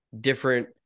different